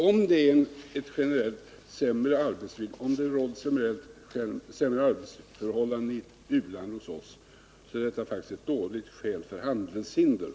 Om det råder generellt sämre arbetsförhållanden i ett u-land än hos oss är det faktiskt ett dåligt skäl för handelshinder.